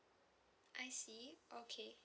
I see okay